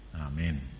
Amen